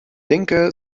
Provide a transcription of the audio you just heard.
denke